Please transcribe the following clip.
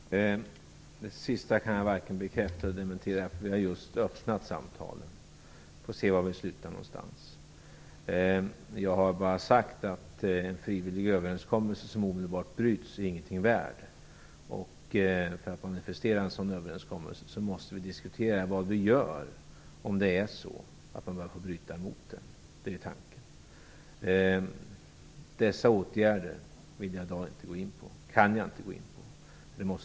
Herr talman! Det sista kan jag varken bekräfta eller dementera. Vi har just öppnat samtalen. Vi får se var vi slutar. Jag har bara sagt att en frivillig överenskommelse som omedelbart bryts är ingenting värd. För att manifestera en sådan överenskommelse måste vi diskutera vad vi gör om man börjar bryta mot den. Det är tanken. Dessa åtgärder vill och kan jag i dag inte gå in på. De måste tas fram förtroendefullt.